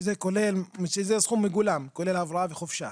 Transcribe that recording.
שזה כולל, שזה סכום מגולם כולל הבראה וחופשה.